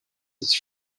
his